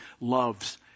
loves